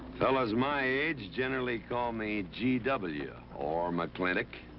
fellas my age generally call me g w. or mclintock.